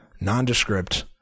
nondescript